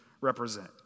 represent